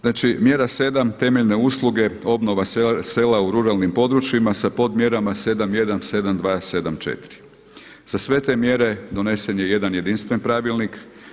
Znači mjera 7. temeljne usluge, obnova sela u ruralnim područjima sa podmjerama 7.1., 7.2., 7..4. Za sve te mjere donesen je jedan jedinstven pravilnik.